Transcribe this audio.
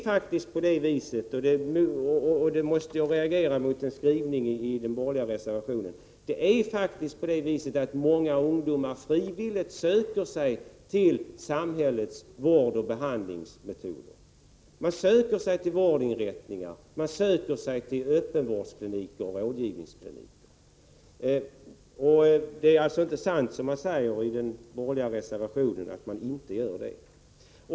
Jag måste reagera mot skrivningen i den borgerliga reservationen, för många ungdomar söker sig faktiskt frivilligt till samhällets vårdoch behandlingsinrättningar. Man söker sig till öppenvårdsoch rådgivningsklinikerna. Det är alltså inte sant, som man säger i den borgerliga reservationen, att ungdomarna inte gör det.